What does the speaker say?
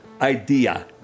idea